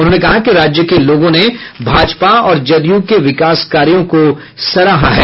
उन्होंने कहा कि राज्य के लोगों ने भाजपा और जदयू के विकास कार्यों को सराहा है